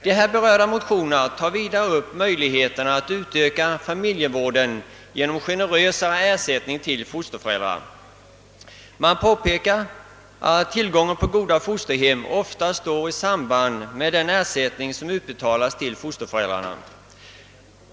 De här berörda motionerna tar vidare upp möjligheterna att utöka familjevården genom generösare ersättning till fosterföräldrar. Man påpekar att tillgången på goda fosterhem ofta står i samband med den ersättning som utbetalas till fosterföräldrarna.